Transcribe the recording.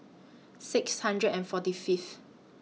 six hundred and forty Fifth